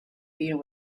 deal